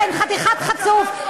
כן, חתיכת חצוף.